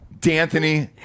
D'Anthony